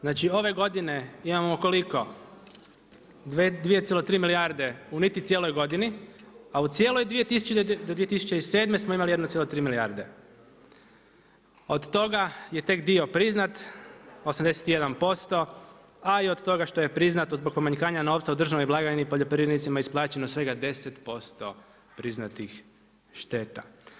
Znači ove godine imamo koliko 2,3 milijarde u niti cijeloj godini, a u cijeloj 2000. do 2007. smo imali 1,3 milijarde od toga je tek dio priznat 81%, a i od toga što je priznato zbog pomanjkanja novca u državnoj blagajni poljoprivrednicima je isplaćeno svega 10% priznatih šteta.